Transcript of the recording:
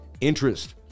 interest